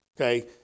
Okay